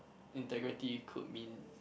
integrity could mean